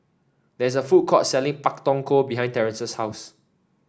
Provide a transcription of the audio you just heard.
there is a food court selling Pak Thong Ko behind Terence's house